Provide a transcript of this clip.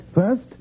First